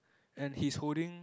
and he's holding